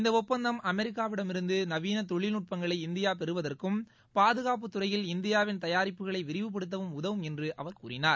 இந்தஷப்பந்தம் அமெிக்காவிட மிருந்துநவீனதொழில்நுட்பங்களை இந்தியாபெறுவதற்கும் பாதுகாப்புத் துறையில் இந்தியாவின் தயாரிப்புகளைவிரிவுபடுத்தவும் உதவும் என்றுஅவர் கூறினார்